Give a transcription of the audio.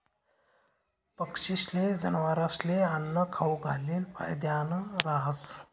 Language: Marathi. पक्षीस्ले, जनावरस्ले आन्नं खाऊ घालेल फायदानं रहास